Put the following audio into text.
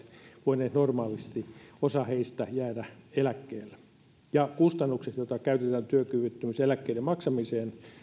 voineet normaalisti osa heistä jäädä eläkkeelle kustannukset joita käytetään työkyvyttömyyseläkkeiden maksamiseen